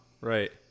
right